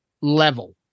level